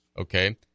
Okay